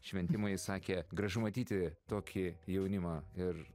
šventimo ji sakė gražu matyti tokį jaunimą ir